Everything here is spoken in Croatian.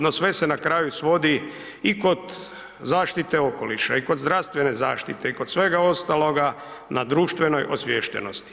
No, sve se na kraju svodi i kod zaštite okoliša i kod zdravstvene zaštite i kod svega ostaloga na društvenoj osviještenosti.